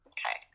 Okay